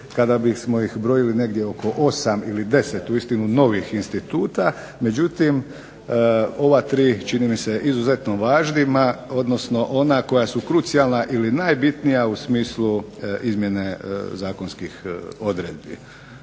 kada bismo ih brojili negdje oko osam ili deset uistinu novih instituta. Međutim, ova tri čini mi se izuzetno važnima, odnosno ona koja su krucijalna ili najbitnija u smislu izmjene zakonskih odredbi.